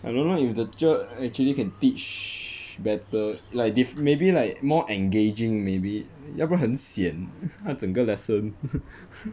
I don't know if the cher actually can teach better like diff~ like maybe more engaging maybe 要不然很 sian 那整个 lesson